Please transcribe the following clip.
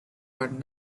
are